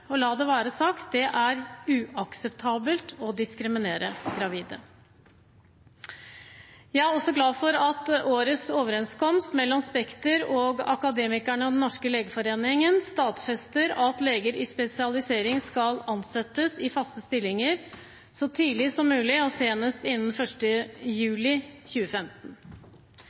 Og la det være sagt: Det er uakseptabelt å diskriminere gravide. Jeg er også glad for at årets overenskomst mellom Spekter, Akademikerne og Den norske legeforening stadfester at leger i spesialisering skal ansettes i faste stillinger så tidlig som mulig og senest innen 1. juli 2015.